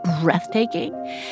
breathtaking